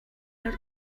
are